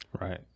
Right